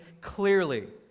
clearly